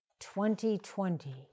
2020